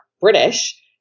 British